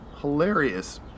hilarious